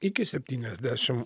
iki septyniasdešim